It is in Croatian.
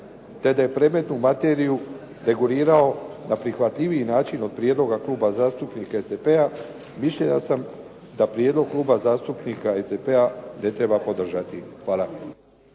te da je predmetnu materiju regulirao na prihvatljiviji način od prijedloga Kluba zastupnika SDP-a mišljenja sam da prijedlog Kluba zastupnika SDP-a ne treba podržati. Hvala.